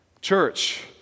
church